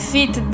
Fit